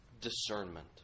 discernment